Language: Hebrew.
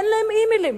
אין להם אימייל.